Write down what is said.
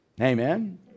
Amen